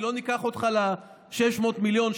לא ניקח אותך ל-600 מיליון,